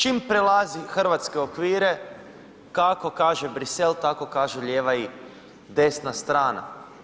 Čim prelazi hrvatske okvire kako kaže Bruxelles tako kaže lijeva i desna strana.